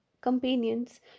companions